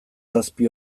zazpi